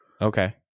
Okay